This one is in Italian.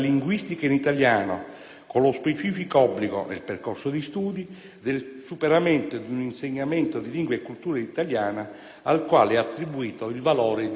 con lo specifico obbligo, nel percorso di studi, del superamento di un insegnamento di lingua e cultura italiana, al quale è attribuito il valore di dieci crediti.